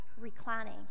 reclining